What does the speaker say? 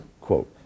quote